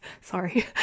Sorry